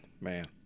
man